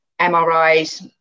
MRIs